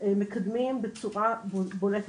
מקדמים בצורה בולטת.